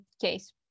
case